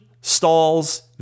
stalls